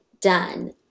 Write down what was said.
done